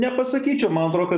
nepasakyčiau man atrodo kad